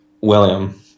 William